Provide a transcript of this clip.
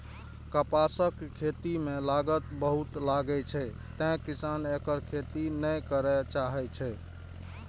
कपासक खेती मे लागत बहुत लागै छै, तें किसान एकर खेती नै करय चाहै छै